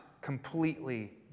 completely